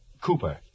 Cooper